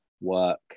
work